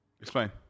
Explain